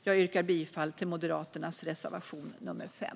Jag yrkar bifall till Moderaternas reservation nr 5.